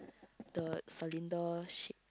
the cylinder shape